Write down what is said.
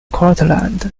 cortland